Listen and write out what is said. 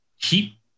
keep